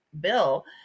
bill